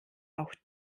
auch